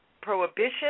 Prohibition